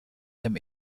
dem